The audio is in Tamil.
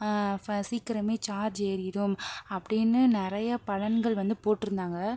ஃப சீக்கிரமே சார்ஜ் ஏறிடும் அப்படின்னு நிறைய பலன்கள் வந்து போட்டுருந்தாங்க